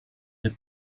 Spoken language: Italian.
des